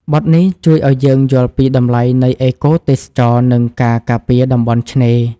បទនេះជួយឱ្យយើងយល់ពីតម្លៃនៃអេកូទេសចរណ៍ និងការការពារតំបន់ឆ្នេរ។